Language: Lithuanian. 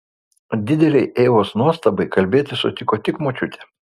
didelei eivos nuostabai kalbėti sutiko tik močiutė